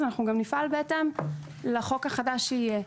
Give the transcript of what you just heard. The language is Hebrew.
אז אנחנו גם נפעל בהתאם לחוק החדש שיהיה.